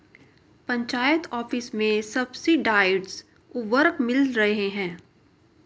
panchayat office में subsidised उर्वरक मिल रहे हैं